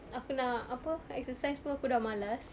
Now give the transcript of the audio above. aku nak apa exercise pun aku dah malas